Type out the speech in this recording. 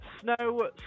snow